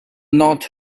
not